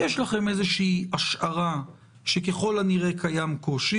יש לכם איזושהי השערה שככל הנראה קיים קושי